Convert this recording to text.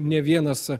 ne vienas